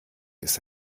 ist